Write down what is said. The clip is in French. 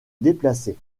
déplacée